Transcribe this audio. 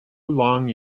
long